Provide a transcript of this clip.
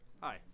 Hi